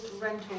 rental